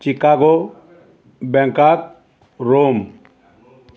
Chicago Bangkok Rome